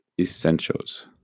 essentials